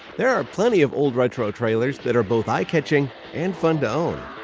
there are plenty of old retro trailers that are both eye catching and fun to own.